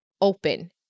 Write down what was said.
open